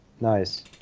Nice